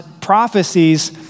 prophecies